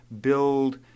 build